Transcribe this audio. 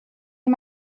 les